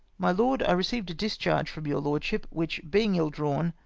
my loed, a i received a discharge from your lordship, which being ill-drawn,